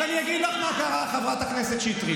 אז אני אגיד לך מה קרה, חברת הכנסת שטרית.